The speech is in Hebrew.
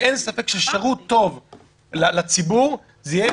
ואין ספק ששירות טוב לציבור זה יהיה